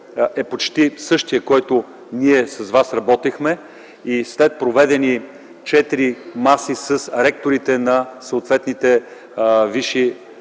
е почти същият, по който ние с вас работихме. След проведени четири кръгли маси с ректорите на съответните висши